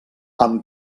amb